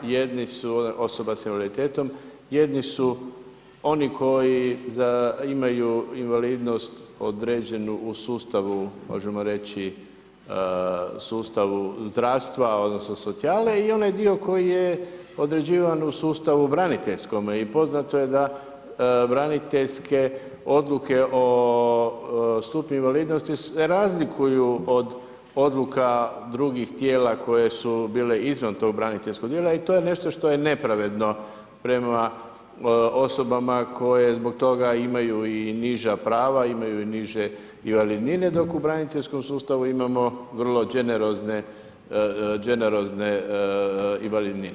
Jedni su osoba s invaliditetom, jedni su oni koji imaju invalidnost određenu u sustavu, možemo reći sustavu zdravstva odnosno socijale i onaj dio koji je određivan u sustavu braniteljskome i poznato je da braniteljske odluke o stupnju invalidnosti se razlikuju od odluka drugih tijela koje su bile izvan tog braniteljskog dijela i to je nešto što je nepravedno prema osobama koje zbog toga imaju i niža prava, imaju i niže invalidnine, dok u braniteljskom sustavu imamo vrlo generozne invalidnine.